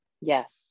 yes